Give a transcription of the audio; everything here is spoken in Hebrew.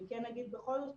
ובכל זאת,